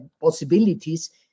possibilities